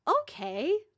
okay